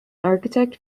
architect